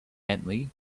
bentley